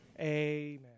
Amen